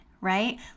Right